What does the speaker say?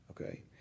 okay